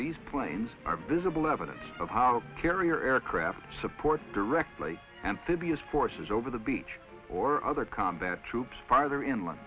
these planes are visible evidence of how carrier aircraft supports directly and phidias forces over the beach or other combat troops farther inland